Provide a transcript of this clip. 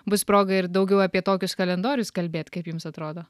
bus proga ir daugiau apie tokius kalendorius kalbėt kaip jums atrodo